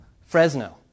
Fresno